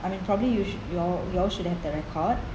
I mean probably you shou~ you all you all should have the record